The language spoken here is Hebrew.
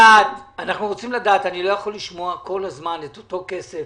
אני לא יכול לשמוע כל הזמן על אותו כסף